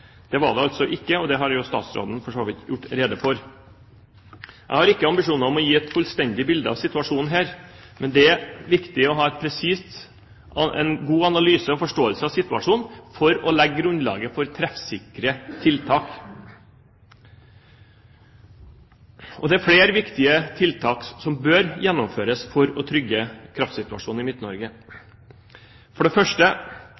Det er det altså ikke, og det har jo statsråden for så vidt gjort rede for. Jeg har ingen ambisjoner om å gi et fullstendig bilde av situasjonen her, men det er viktig å ha en god analyse og forståelse av situasjonen for å legge grunnlaget for treffsikre tiltak. Og det er flere viktige tiltak som bør gjennomføres for å trygge kraftsituasjonen i Midt-Norge. For det første